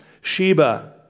Sheba